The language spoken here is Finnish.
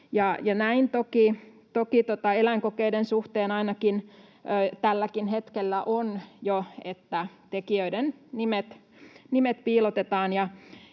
Toki eläinkokeiden suhteen ainakin tälläkin hetkellä on jo, että tekijöiden nimet piilotetaan,